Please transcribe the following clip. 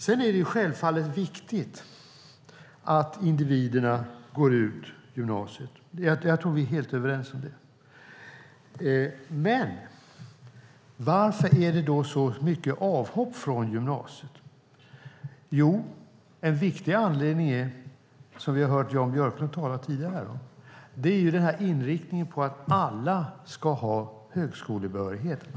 Det är självfallet viktigt att individerna går ut gymnasiet - jag tror att vi är helt överens om det. Men varför är det då så många avhopp från gymnasiet? En viktig anledning, som vi tidigare hört Jan Björklund tala om, är inriktningen på att alla ska ha högskolebehörighet.